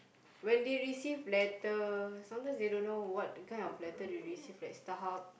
when they receive letter sometimes they don't know what kind of letter they receive like StarHub